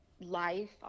life